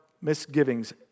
misgivings